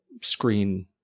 screen